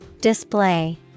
Display